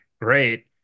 great